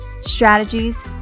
strategies